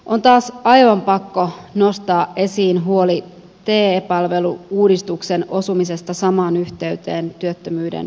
on taas aivan pakko nostaa esiin huoli te palvelu uudistuksen osumisesta samaan yhteyteen työttömyyden kasvun kanssa